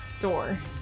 door